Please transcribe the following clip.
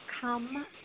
come